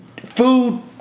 Food